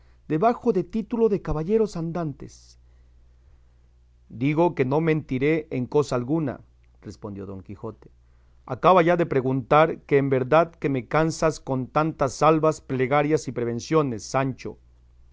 debajo de título de caballeros andantes digo que no mentiré en cosa alguna respondió don quijote acaba ya de preguntar que en verdad que me cansas con tantas salvas plegarias y prevenciones sancho